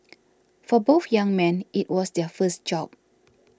for both young men it was their first job